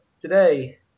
today